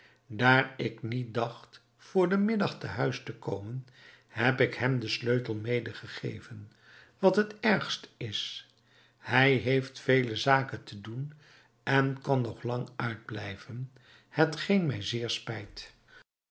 daar ik niet dacht voor den middag te huis te komen heb ik hem den sleutel medegegeven wat het ergste is hij heeft vele zaken te doen en kan nog lang uitblijven hetgeen mij zeer spijt